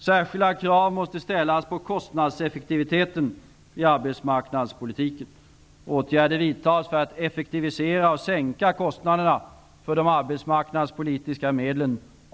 Särskilda krav måste ställas på kostnadseffektivitet i arbetsmarknadspolitiken. Åtgärder vidtas för att effektivisera och sänka kostnaderna för de arbetsmarknadspolitiska medlen.